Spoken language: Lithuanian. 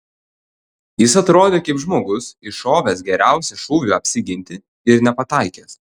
jis atrodė kaip žmogus iššovęs geriausią šūvį apsiginti ir nepataikęs